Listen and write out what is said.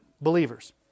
believers